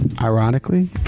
ironically